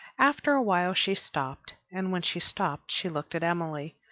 after a while she stopped, and when she stopped she looked at emily,